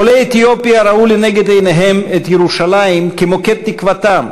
עולי אתיופיה ראו לנגד עיניהם את ירושלים כמוקד תקוותם,